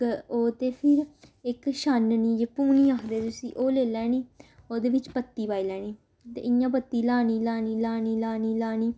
ओह् ते फिर इक छाननी जे पूनी आखदे उसी ओह् लेई लैनी ओह्दे बिच्च पत्ती पाई लैनी ते इ'यां पत्ती ल्हानी ल्हानी ल्हानी ल्हानी ल्हानी